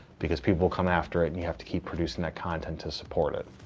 because people will come after it and you have to keep producing that content to support it.